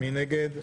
מי נגד?